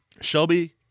Shelby